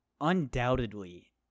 undoubtedly